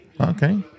Okay